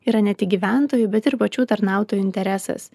yra ne tik gyventojų bet ir pačių tarnautojų interesas